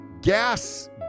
gas